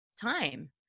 time